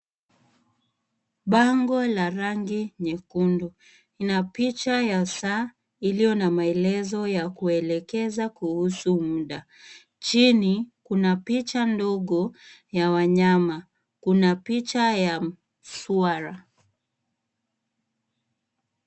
Bango la rangi nyekundu ina picha ya saa iliyo na maelezo ya kuelekeza kuhusu muda. Chini kuna picha ndogo ya wanyama. Kuna picha ya swara.